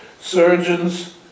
surgeons